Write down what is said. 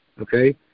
Okay